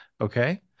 Okay